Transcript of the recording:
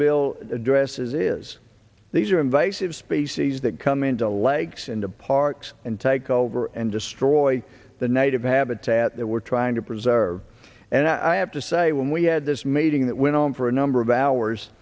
bill addresses is these are invasive species that come into legs into parks and take over and destroy the native habitat that we're trying to preserve and i have to say when we had this meeting that went on for a number of hours